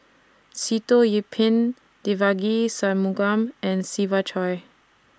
Sitoh Yih Pin Devagi Sanmugam and Siva Choy